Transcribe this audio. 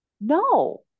no